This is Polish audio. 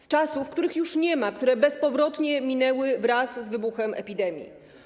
Z czasów, których już nie ma, które bezpowrotnie minęły wraz z wybuchem epidemii.